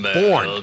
born